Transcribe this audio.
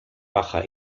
baja